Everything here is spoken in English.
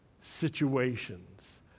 situations